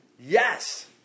yes